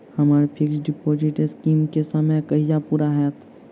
हम्मर fix deposit scheme केँ समय कहिया पूरा हैत?